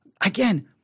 again